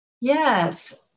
Yes